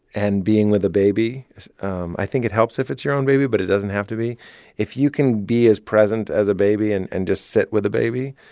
and being with a baby um i think it helps if it's your own baby, but it doesn't have to be if you can be as present as a baby and and just sit with a baby,